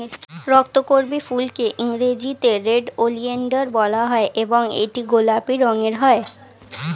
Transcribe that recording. রক্তকরবী ফুলকে ইংরেজিতে red oleander বলা হয় এবং এটি গোলাপি রঙের হয়